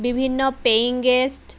বিভিন্ন paying guest